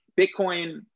Bitcoin